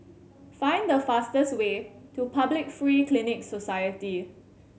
find the fastest way to Public Free Clinic Society